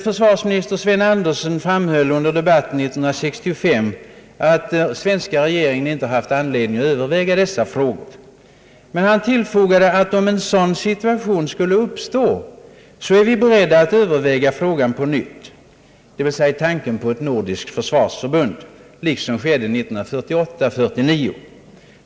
Försvarsminister Sven Andersson framhöll under debatten 1965, att den svenska regeringen inte haft anledning att överväga dessa frågor, men han tillfogade att om en sådan situation skulle uppstå, »så är vi beredda att överväga frågan på nytt», dvs. tanken på ett nordiskt försvarsförbund, liksom skedde 1948—1949.